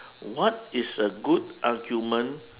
what is a good argument